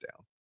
down